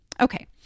Okay